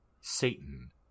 Satan